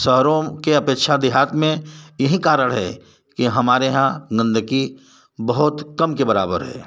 शहरों के अपेक्षा देहात में यही कारण है कि हमारे यहाँ गंदगी बहुत कम के बराबर है